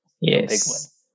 yes